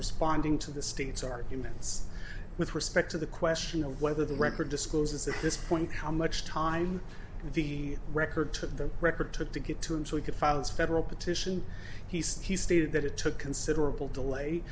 responding to the state's arguments with respect to the question of whether the record discloses that this point how much time the record to the record took to get to him so he could files federal petition he said he stated that it took considerable delay